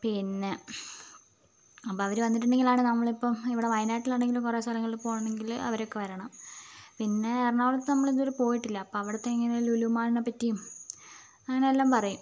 പിന്നെ അപ്പോൾ അവർ വന്നിട്ടുണ്ടെങ്കിലാണ് നമ്മളിപ്പം ഇവിടെ വയനാട്ടിലാണെങ്കിലും കുറേ സ്ഥലങ്ങളിൽ പോകണമെങ്കിൽ അവരൊക്കെ വരണം പിന്നെ എറണാകുളത്ത് നമ്മളിതുവരെ പോയിട്ടില്ല അപ്പോൾ അവിടുത്തെ ഇങ്ങനെ ലുലുമാളിനെപ്പറ്റിയും അങ്ങനെയെല്ലാം പറയും